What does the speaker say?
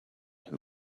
who